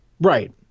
Right